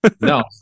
no